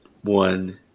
one